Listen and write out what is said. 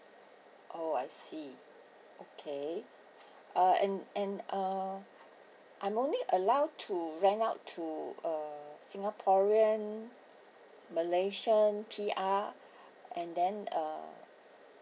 oh I see okay uh and and uh I'm only allowed to rent out to uh singaporean malaysian P_R and then uh